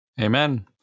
Amen